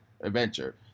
adventure